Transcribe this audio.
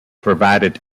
provided